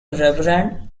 reverend